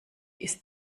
ist